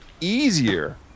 easier